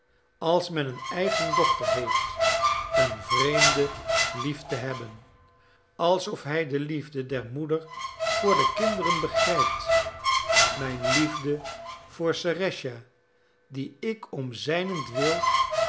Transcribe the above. als men een eigen dochter heeft een vreemde lief te hebben alsof hij de liefde der moeder voor de kinderen begrijpt mijn liefde voor serëscha die ik om zijnentwil